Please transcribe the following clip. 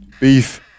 Beef